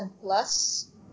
plus